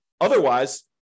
Otherwise